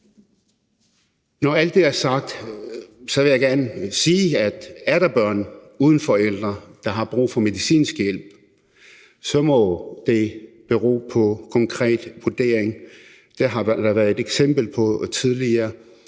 Når alt det er sagt, vil jeg gerne sige, at hvis der er børn uden forældre, der har brug for medicinsk hjælp, så må det bero på en konkret vurdering. Det har der været et eksempel på tidligere,